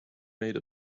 made